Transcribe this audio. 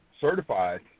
certified